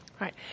right